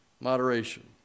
moderation